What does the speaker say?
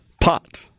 pot